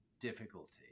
difficulty